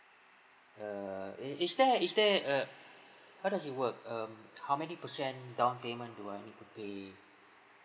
err i~ is there is there uh how does it work um how many percent down payment do I need to pay